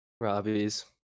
Robbie's